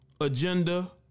agenda